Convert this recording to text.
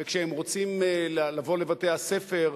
וכשהם רוצים לבוא לבתי-הספר,